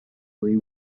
free